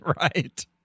Right